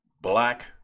Black